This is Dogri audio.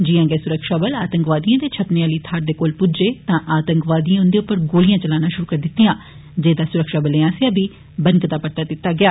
जिया गै सुरक्षाबल आतंकवादिए दे छपने आली थाहर दे कोल पुज्जै तां आतंकवादिएं उन्दे उप्पर गोलियां चलाना शुरू करी दित्तियां जेहदा सुरक्षाबलें आस्सेआ बी परता दित्ता गेआ